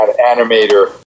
animator